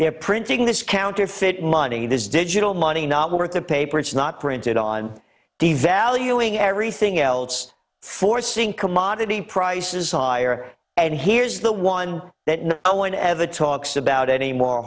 they are printing this counterfeit money this digital money not worth the paper it's not printed on devaluing everything else forcing commodity prices are higher and here's the one that no one ever talks about anymore